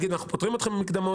היה צריך לפטור אותם ממקדמות,